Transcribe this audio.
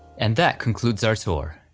and that concludes our tour.